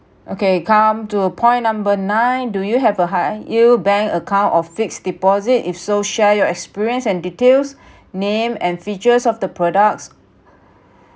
okay come to uh point number nine do you have a high yield bank account or fixed deposit if so share your experience and details name and features of the products